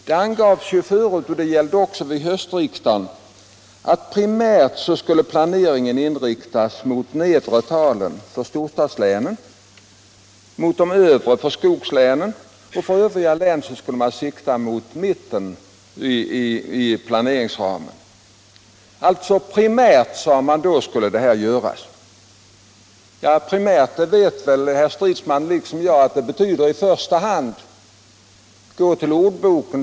Det angavs ju tidigare, och det nämndes också vid höstriksdagen, att planeringen primärt skulle inriktas mot de nedre talen för storstadslänen, mot de övre för skogslänen, och för övriga län skulle man sikta mot mitten i planeringsramarna. Primärt skulle detta gälla, sade man då. Herr Stridsman vet väl liksom jag att primärt betyder ”i första hand”. Gå till ordboken!